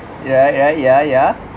yeah yeah yeah yeah